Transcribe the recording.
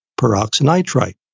peroxynitrite